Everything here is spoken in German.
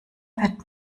wird